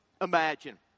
imagine